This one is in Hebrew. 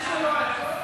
למה אתה חוזר אחורה?